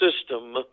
system